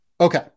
Okay